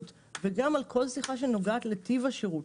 וגם על כל שיחה שנוגעת לטיב השירות.